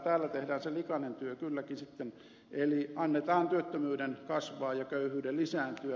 täällä tehdään se likainen työ kylläkin sitten eli annetaan työttömyyden kasvaa ja köyhyyden lisääntyä